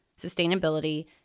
sustainability